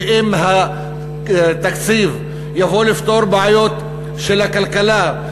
ואם התקציב יבוא לפתור בעיות של הכלכלה,